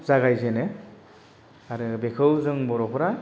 जागायजेनो आरो बेखौ जों बर'फोरा